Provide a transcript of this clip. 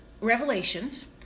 Revelations